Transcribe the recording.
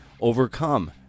overcome